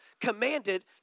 commanded